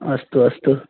अस्तु अस्तु